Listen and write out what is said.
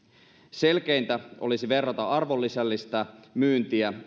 selkeintä olisi verrata arvonlisällistä myyntiä